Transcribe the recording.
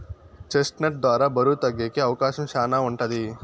chest నట్ ద్వారా బరువు తగ్గేకి అవకాశం శ్యానా ఉంటది